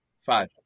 Five